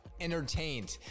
entertained